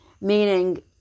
Meaning